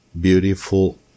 beautiful